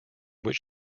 which